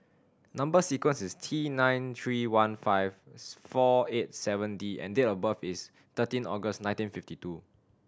number sequence is T nine three one five four eight seven D and date of birth is thirteen August nineteen fifty two